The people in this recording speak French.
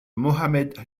mohammad